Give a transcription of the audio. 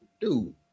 Dude